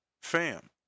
Fam